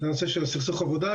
הנושא של הסכסוך עבודה,